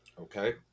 Okay